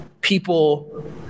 people